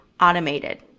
automated